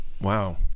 Wow